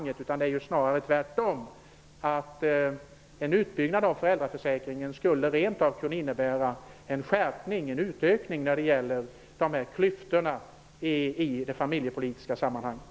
Det är tvärtom snarare så att en utbyggnad av föräldraförsäkringen rent av skulle kunna innebära en utökning av klyftorna i de familjepolitiska sammanhangen.